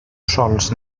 sols